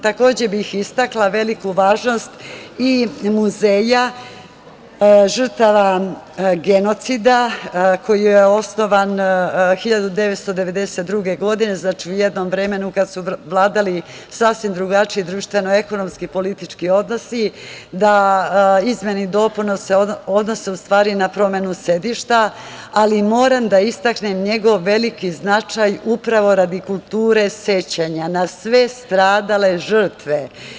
Takođe, bih istakla veliku važnost i Muzeja žrtava genocida, koji je osnovan 1992. godine, znači u jednom vremenu kada su vladali sasvim drugačiji društveno-ekonomski politički odnosi, da izmene i dopune se odnose u stvari na promenu sedišta, ali moram da istaknem njegov veliki značaj, upravo radi kulture sećanja na sve stradale žrtve.